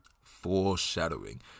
foreshadowing